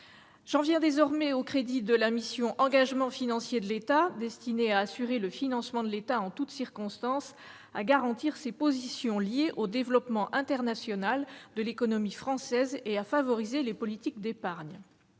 J'en viens aux crédits de la mission « Engagements financiers de l'État », destinés à assurer le financement de l'État en toutes circonstances, à garantir ses positions liées au développement international de l'économie française et à favoriser les politiques d'épargne.